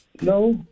No